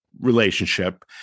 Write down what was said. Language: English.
Relationship